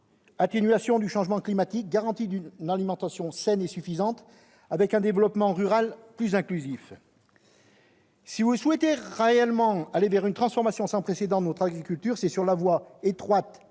atténuation du changement climatique, garantie d'une alimentation saine et suffisante, développement rural plus inclusif. Si vous souhaitez réellement aller vers une transformation sans précédent de notre agriculture, c'est sur la voie étroite,